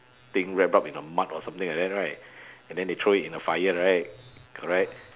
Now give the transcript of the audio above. thing wrapped up in the mud or something like that right and then they throw it in the fire right correct